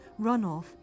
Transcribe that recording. runoff